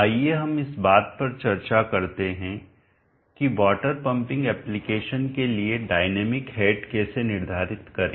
आइए अब हम इस बात पर चर्चा करते हैं कि वाटर पंपिंग एप्लिकेशन के लिए डायनेमिक हेड कैसे निर्धारित करें